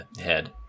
head